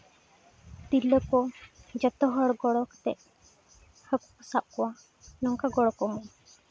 ᱛᱤᱨᱞᱟᱹ ᱠᱚ ᱡᱚᱛᱚ ᱦᱚᱲ ᱜᱚᱲᱚ ᱠᱟᱛᱮᱫ ᱦᱟᱹᱠᱩ ᱠᱚ ᱥᱟᱵ ᱠᱚᱣᱟ